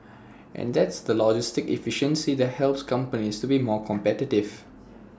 and that's the logistic efficiency that helps companies to be more competitive